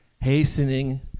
hastening